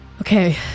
Okay